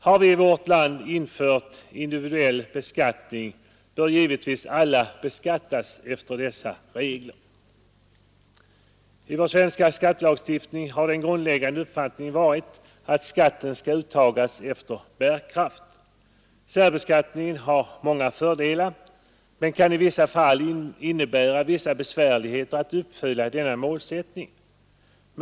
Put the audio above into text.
Har vi i vårt land infört individuell beskattning, bör givetvis alla beskattas efter de reglerna. I den svenska skattelagstiftningen har den grundläggande principen varit att skatten skall uttas efter bärkraft. Särbeskattningen har många fördelar men kan i vissa fall innebära besvärligheter när det gäller att uppnå denna målsättning.